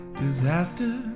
Disaster